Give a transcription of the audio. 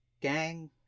gang